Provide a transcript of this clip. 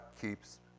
keeps